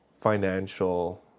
financial